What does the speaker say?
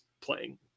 playing